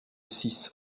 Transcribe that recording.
six